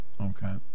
Okay